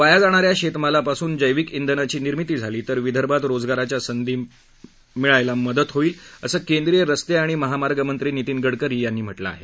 वाया जाणा या शेतमालापासून जैविक धिनाची निर्मिती झाली तर विदर्भात रोजगाराच्या संधी मिळायला मदत होईल असं केंद्रीय रस्ते आणि महामार्ग मंत्री नितिन गडकरी यांनी म्हटलं आहे